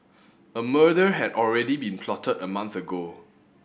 a murder had already been plotted a month ago